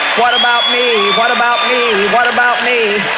what about me, what about me, what about me.